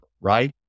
right